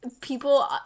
people